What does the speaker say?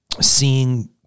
seeing